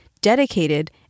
dedicated